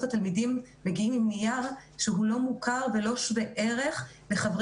התלמידים מגיעים עם נייר שהוא לא מוכר ולא שווה-ערך לעומת